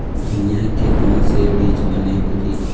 धनिया के कोन से बीज बने होही?